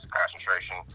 concentration